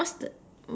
what's the